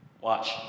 Watch